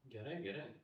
gerai gerai